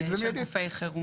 ממשית ומיידית.